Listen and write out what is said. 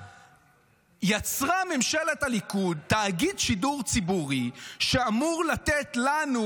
יצרה ממשלת הליכוד תאגיד שידור ציבורי שאמור לתת לנו,